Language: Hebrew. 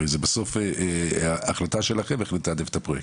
הרי זה בסוף החלטה שלכם איך לתעדף את הפרויקטים,